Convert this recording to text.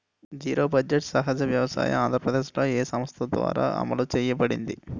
Zero budget సహజ వ్యవసాయం ఆంధ్రప్రదేశ్లో, ఏ సంస్థ ద్వారా అమలు చేయబడింది?